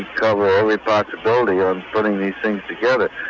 cover every possibility of putting these things together?